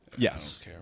Yes